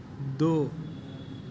دو